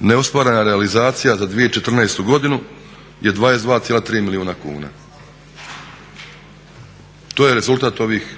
neosorna je realizacija za 2014. godinu je 22,3 milijuna kuna. To je rezultat ovih